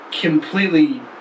completely